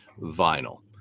vinyl